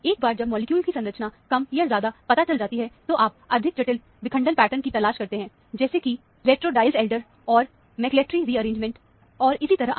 एक बार जब मॉलिक्यूल की संरचना कम या ज्यादा पता चल जाती है तो आप अधिक जटिल विखंडन पैटर्न की तलाश करते हैं जैसे कि रेट्रो डायल्स एल्डर और मैक्लाफेरी रिअरेंजमेंट और इसी तरह अन्य